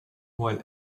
while